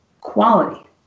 quality